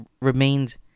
remained